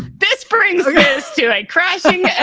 this brings us to a crashing, and